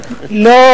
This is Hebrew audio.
לא,